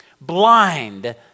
Blind